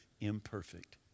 imperfect